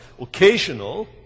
occasional